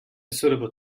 suitable